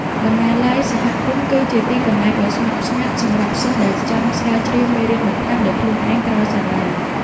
បណ្ណាល័យសហគមន៍គឺជាទីកន្លែងដ៏ស្ងប់ស្ងាត់សម្រាប់សិស្សដែលចង់ស្រាវជ្រាវមេរៀនបន្ថែមដោយខ្លួនឯងក្រោយសាលា។